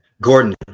gordon